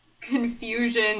confusion